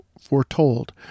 foretold